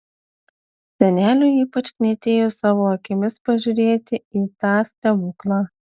seneliui ypač knietėjo savo akimis pažiūrėti į tą stebuklą